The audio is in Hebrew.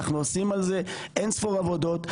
אנחנו עושים על זה אין-ספור עבודות.